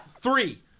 Three